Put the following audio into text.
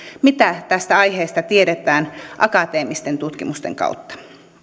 mitä tästä aiheesta tiedetään akateemisten tutkimusten kautta